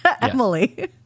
emily